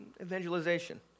evangelization